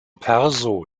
perso